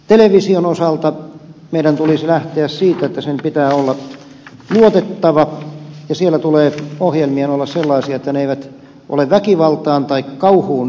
television osalta meidän tulisi lähteä siitä että sen pitää olla luotettava ja siellä tulee ohjelmien olla sellaisia että ne eivät ole väkivaltaan tai kauhuun yllyttäviä